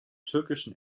türkischen